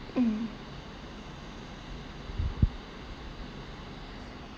mm